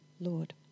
Lord